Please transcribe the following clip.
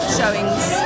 showings